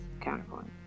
counterpoint